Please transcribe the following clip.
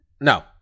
No